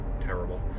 terrible